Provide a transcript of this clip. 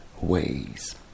ways